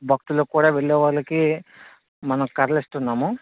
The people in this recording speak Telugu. భక్తులకి కూడా వెళ్ళేవాళ్ళకి మనం కర్రలు ఇస్తున్నాము